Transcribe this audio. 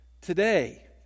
Today